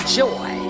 joy